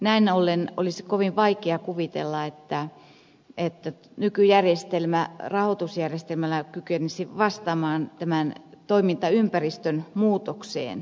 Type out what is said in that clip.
näin ollen olisi kovin vaikea kuvitella että nykyjärjestelmä rahoitusjärjestelmänä kykenisi vastaamaan tämän toimintaympäristön muutokseen